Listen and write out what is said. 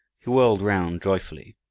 he whirled round joyfully.